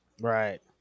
Right